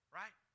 right